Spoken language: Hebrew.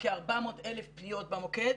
לכ-400,000 פניות במוקד,